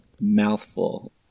mouthful